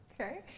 Okay